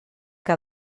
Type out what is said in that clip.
que